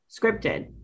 scripted